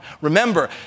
Remember